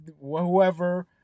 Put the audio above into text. whoever